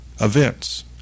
events